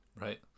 right